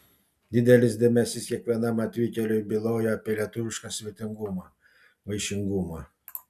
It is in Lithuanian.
didelis dėmesys kiekvienam atvykėliui bylojo apie lietuvišką svetingumą vaišingumą